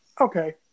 okay